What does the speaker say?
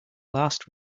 last